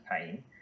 pain